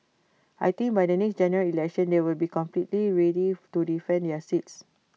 I think by the next General Election they will be completely ready to defend their seats